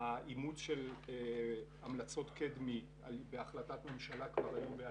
שהאימוץ של המלצות קדמי בהחלטת ממשלה כבר היו ב-2012.